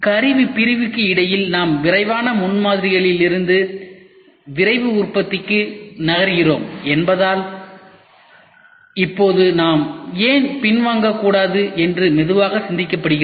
கருவி பிரிவுக்கு இடையில் நாம் விரைவான முன்மாதிரிகளிலிருந்து விரைவு உற்பத்திக்கு நகர்கிறோம் என்பதால் இப்போது நாம் ஏன் பின்வாங்கக்கூடாது என்று மெதுவாக சிந்திக்கப்படுகிறது